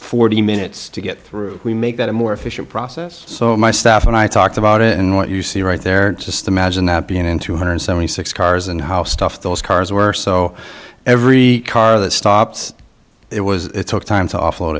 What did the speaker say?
forty minutes to get through we make that a more efficient process so my staff and i talked about it and what you see right there just imagine that being in two hundred seventy six cars and how stuffed those cars were so every car that stops it was it took time to off